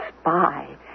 spy